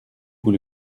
vous